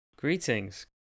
Greetings